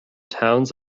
towns